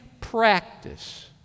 practice